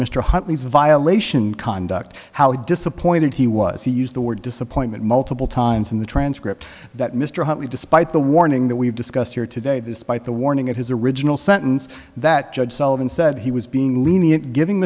mr huntley's violation conduct how disappointed he was he used the word disappointment multiple times in the transcript that mr huntley despite the warning that we've discussed here today this by the warning of his original sentence that judge sullivan said he was being lenient giving